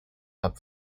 hub